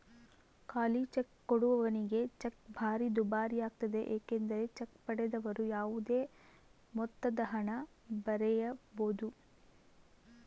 ಖಾಲಿಚೆಕ್ ಕೊಡುವವನಿಗೆ ಚೆಕ್ ಭಾರಿ ದುಬಾರಿಯಾಗ್ತತೆ ಏಕೆಂದರೆ ಚೆಕ್ ಪಡೆದವರು ಯಾವುದೇ ಮೊತ್ತದಹಣ ಬರೆಯಬೊದು